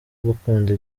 gukunda